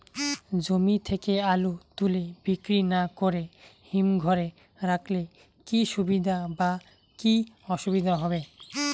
জমি থেকে আলু তুলে বিক্রি না করে হিমঘরে রাখলে কী সুবিধা বা কী অসুবিধা হবে?